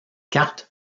carte